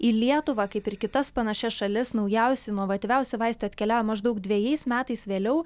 į lietuvą kaip ir į kitas panašias šalis naujausi inovatyviausi vaistai atkeliauja maždaug dvejais metais vėliau